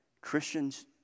Christians